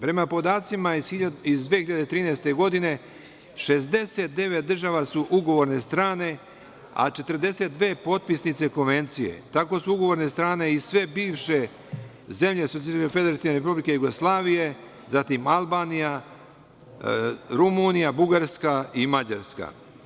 Prema podacima iz 2013. godine, 69 država su ugovorne strane, a 42 potpisnice Konvencije, tako su ugovorne strane i sve bivše zemlje Socijalističko Federativne Republike Jugoslavije, zatim Albanija, Rumunija, Bugarska i Mađarska.